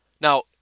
Now